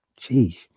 Jeez